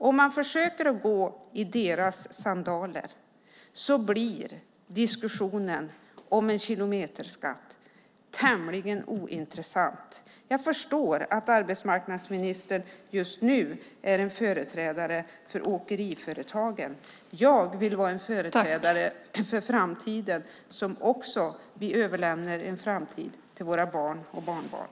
Om man försöker gå i deras sandaler blir diskussionen om en kilometerskatt tämligen ointressant. Jag förstår att arbetsmarknadsministern just nu är en företrädare för åkeriföretagen. Jag vill vara en företrädare för framtiden, så att vi också överlämnar en framtid till våra barn och barnbarn.